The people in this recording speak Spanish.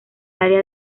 área